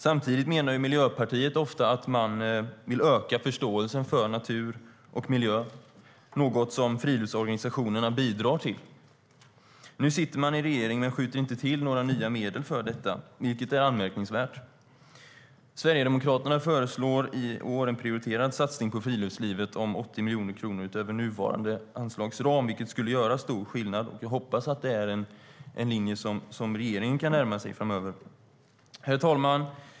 Samtidigt menar Miljöpartiet ofta att man vill öka förståelsen för natur och miljö - det är något som friluftsorganisationerna bidrar till. Nu sitter man i regering men skjuter inte till några nya medel för detta, vilket är anmärkningsvärt. Sverigedemokraterna föreslår i år en prioriterad satsning på friluftslivet om 80 miljoner kronor utöver nuvarande anslagsram, vilket skulle göra stor skillnad. Jag hoppas att det är en linje som regeringen kan närma sig framöver. Herr talman!